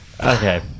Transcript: okay